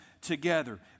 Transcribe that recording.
together